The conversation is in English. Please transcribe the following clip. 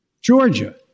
Georgia